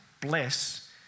bless